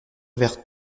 vers